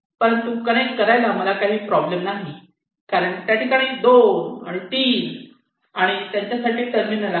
परंतु कनेक्ट करायला मला काही प्रॉब्लेम नाही कारण त्या ठिकाणी 2 आणि 3 आणि त्यांच्यासाठी टर्मिनल आहे